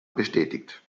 bestätigt